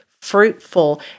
fruitful